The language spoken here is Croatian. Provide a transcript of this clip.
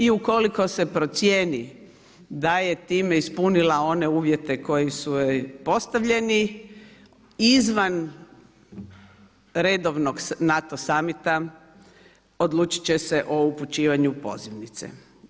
I ukoliko se procijeni da je time ispunila one uvjete koji su joj postavljeni izvan redovnog NATO summita odlučit će se o upućivanju pozivnice.